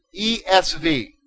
ESV